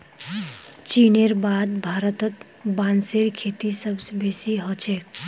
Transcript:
चीनेर बाद भारतत बांसेर खेती सबस बेसी ह छेक